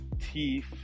Teeth